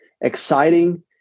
exciting